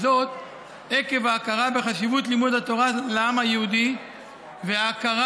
עקב ההכרה בחשיבות לימוד התורה לעם היהודי וההכרה